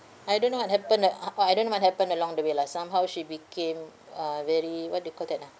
I don't know what happened that uh oh I don't know what happened along the way lah somehow she became uh very what do you call that ah